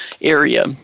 area